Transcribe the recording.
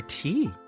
tea